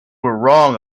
wrong